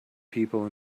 people